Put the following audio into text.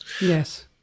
Yes